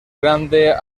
grande